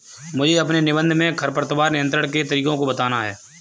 मुझे अपने निबंध में खरपतवार नियंत्रण के तरीकों को बताना है